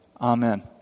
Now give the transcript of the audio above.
Amen